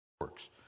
works